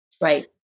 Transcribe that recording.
Right